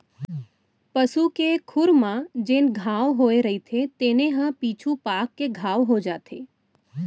पसू के खुर म जेन घांव होए रइथे तेने ह पीछू पाक के घाव हो जाथे